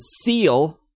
SEAL